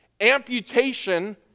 amputation